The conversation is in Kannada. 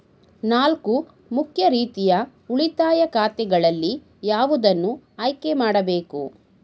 ನಾಲ್ಕು ಮುಖ್ಯ ರೀತಿಯ ಉಳಿತಾಯ ಖಾತೆಗಳಲ್ಲಿ ಯಾವುದನ್ನು ಆಯ್ಕೆ ಮಾಡಬೇಕು?